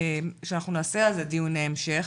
שאנחנו נעשה על זה דיון המשך